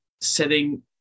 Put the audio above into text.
setting